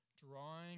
drawing